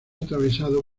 atravesado